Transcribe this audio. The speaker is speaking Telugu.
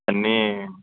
అన్నీ